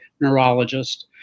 neurologist